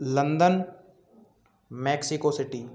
London Mexico city